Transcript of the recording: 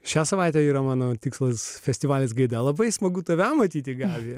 šią savaitę yra mano tikslas festivalis gaida labai smagu tave matyti gatvėje